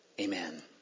amen